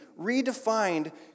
redefined